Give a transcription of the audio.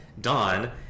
Dawn